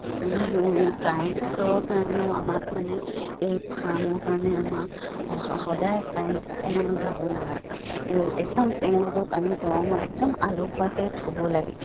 কাৰেণ্টৰ কাৰণেও আমাক মানে এই ফাৰ্মৰ কাৰণে আমাক সদায় কাৰেণ্ট অকণমানো যাব নালাগে একদম তেওঁলোকক আমি গৰমত একদম আলসুৱাকৈ থ'ব লাগে